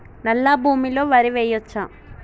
నల్లా భూమి లో వరి వేయచ్చా?